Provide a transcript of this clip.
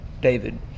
David